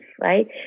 right